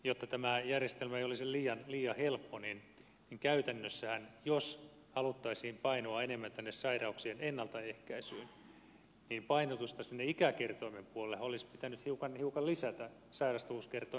jotta tämä järjestelmä ei olisi liian helppo niin käytännössähän jos haluttaisiin painoa enemmän tänne sairauksien ennaltaehkäisyyn painotusta sinne ikäkertoimen puolellehan olisi pitänyt hiukan lisätä sairastavuus kertoimen kustannuksella